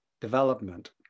development